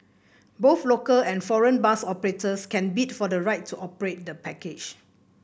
both local and foreign bus operators can bid for the right to operate the package